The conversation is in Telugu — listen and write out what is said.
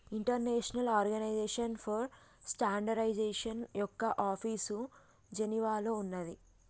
ఇంటర్నేషనల్ ఆర్గనైజేషన్ ఫర్ స్టాండర్డయిజేషన్ యొక్క ఆఫీసు జెనీవాలో ఉన్నాది